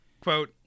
quote